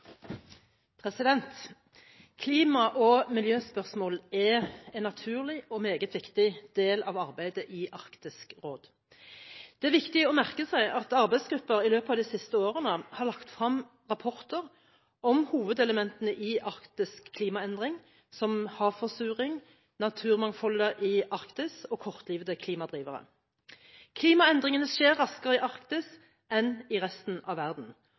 Klima- og miljøspørsmål er en naturlig og meget viktig del av arbeidet i Arktisk råd. Det er viktig å merke seg at arbeidsgrupper i løpet av de siste årene har lagt frem rapporter om hovedelementene i arktisk klimaendring som havforsuring, naturmangfoldet i Arktis og kortlivede klimadrivere. Klimaendringene skjer raskere i Arktis enn i resten av verden.